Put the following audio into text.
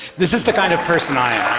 this is the kind of person i